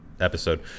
episode